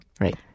Right